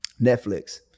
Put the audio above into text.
Netflix